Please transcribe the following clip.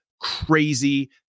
crazy